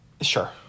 sure